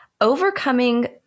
overcoming